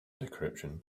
decryption